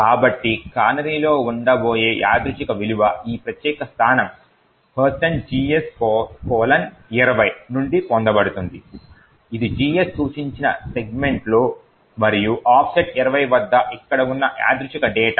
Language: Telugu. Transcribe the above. కాబట్టి కానరీలో ఉండబోయే యాదృచ్ఛిక విలువ ఈ ప్రత్యేక స్థానం gs 20 నుండి పొందబడుతుంది ఇది GS సూచించిన సెగ్మెంట్లోలో మరియు ఆఫ్సెట్ 20 వద్ద ఇక్కడ ఉన్న యాదృచ్ఛిక డేటా